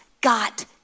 got